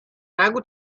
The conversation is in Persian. نگو